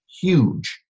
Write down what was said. huge